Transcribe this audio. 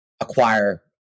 acquire